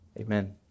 Amen